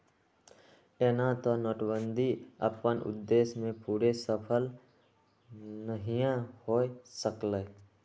एना तऽ नोटबन्दि अप्पन उद्देश्य में पूरे सूफल नहीए हो सकलै